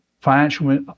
financial